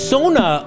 Sona